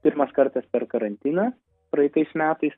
pirmas kartas per karantiną praeitais metais